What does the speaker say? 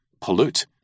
pollute